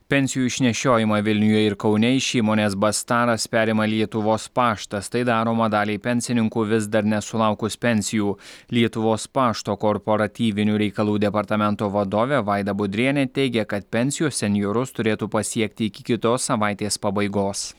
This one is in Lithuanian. pensijų išnešiojimą vilniuje ir kaune iš įmonės bastaras perima lietuvos paštas tai daroma daliai pensininkų vis dar nesulaukus pensijų lietuvos pašto korporativinių reikalų departamento vadovė vaida budrienė teigia kad pensijos senjorus turėtų pasiekti iki kitos savaitės pabaigos